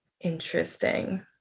Interesting